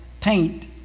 paint